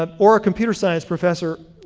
ah or a computer science professor,